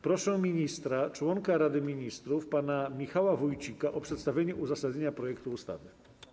Proszę ministra, członka Rady Ministrów pana Michała Wójcika o przedstawienie uzasadnienia projektu ustawy.